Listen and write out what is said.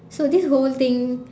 so this whole thing